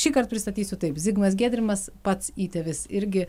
šįkart pristatysiu taip zigmas giedrimas pats įtėvis irgi